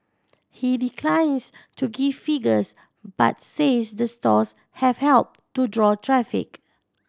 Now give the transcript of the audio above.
he declines to give figures but says the stores have helped to draw traffic